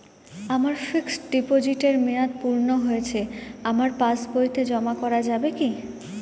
আমার ফিক্সট ডিপোজিটের মেয়াদ পূর্ণ হয়েছে আমার পাস বইতে জমা করা যাবে কি?